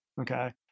Okay